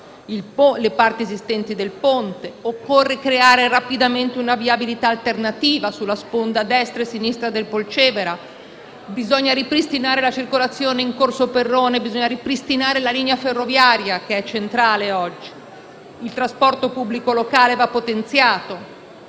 le parti esistenti del ponte. Occorre creare rapidamente una viabilità alternativa sulla sponda destra e sinistra del Polcevera. Bisogna ripristinare le circolazione in corso Perrone; bisogna ripristinare la linea ferroviaria, che è centrale oggi. Il trasporto pubblico locale va potenziato,